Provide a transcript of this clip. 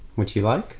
which you like?